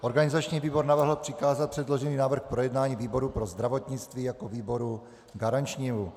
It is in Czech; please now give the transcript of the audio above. Organizační výbor navrhl přikázat předložený návrh k projednání výboru pro zdravotnictví jako výboru garančnímu.